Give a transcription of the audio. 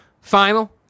Final